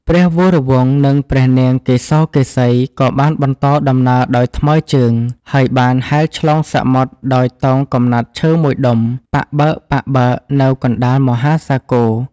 ព្រះវរវង្ស និងព្រះនាងកេសកេសីក៏បានបន្តដំណើរដោយថ្មើរជើង ហើយបានហែលឆ្លងសមុទ្រដោយតោងកំណាត់ឈើមួយដុំ ប៉ាក់បើកៗនៅកណ្តាលមហាសាគរ។